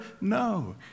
No